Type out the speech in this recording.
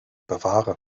bewahre